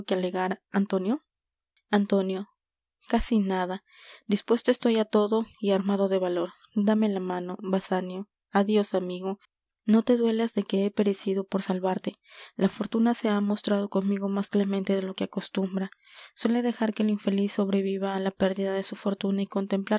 alegar antonio antonio casi nada dispuesto estoy á todo y armado de valor dame la mano basanio adios amigo no te duelas de que he perecido por salvarte la fortuna se ha mostrado conmigo más clemente de lo que acostumbra suele dejar que el infeliz sobreviva á la pérdida de su fortuna y